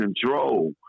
control